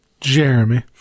jeremy